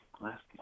Last